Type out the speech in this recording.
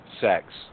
Sex